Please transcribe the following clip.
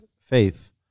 faith